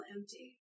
empty